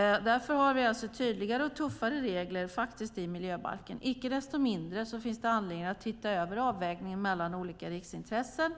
Därför har vi faktiskt tydligare och tuffare regler i miljöbalken. Icke desto mindre finns det anledning att se över avvägningen mellan olika riksintressen